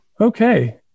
Okay